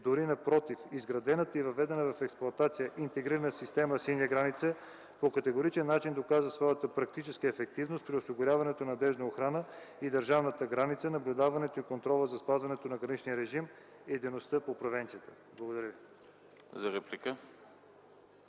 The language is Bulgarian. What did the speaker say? дори напротив. Изградената и въведена в експлоатация интегрирана система „Синя граница” по категоричен начин доказа своята практическа ефективност при осигуряването на надеждна охрана на държавната граница, наблюдаването и контрола за спазването на граничния режим и дейността по превенцията. Благодаря ви. ПРЕДСЕДАТЕЛ